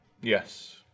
Yes